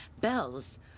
Bells